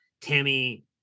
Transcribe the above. tammy